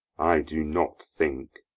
i do not think.